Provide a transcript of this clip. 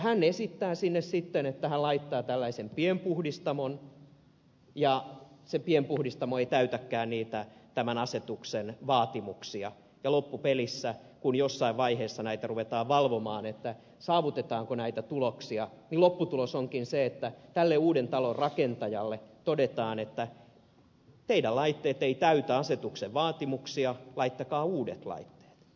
hän esittää sinne sitten että hän laittaa tällaisen pienpuhdistamon ja se pienpuhdistamo ei täytäkään tämän asetuksen vaatimuksia ja loppupelissä kun jossain vaiheessa näitä ruvetaan valvomaan saavutetaanko näitä tuloksia niin lopputulos onkin se että tälle uuden talon rakentajalle todetaan että teidän laitteenne eivät täytä asetuksen vaatimuksia laittakaa uudet laitteet